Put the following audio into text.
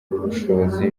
ubushobozi